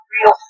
real